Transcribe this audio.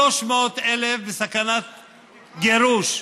300,000 בסכנת גירוש.